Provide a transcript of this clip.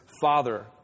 father